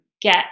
get